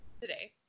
today